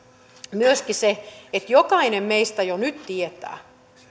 myöskin että jokainen meistä jo nyt tietää